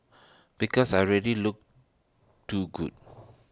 because I already look too good